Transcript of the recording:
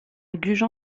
gujan